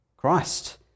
Christ